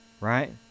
right